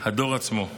הדור עצמו.